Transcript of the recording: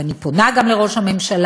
ואני פונה גם לראש הממשלה,